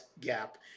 gap